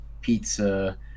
pizza